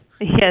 Yes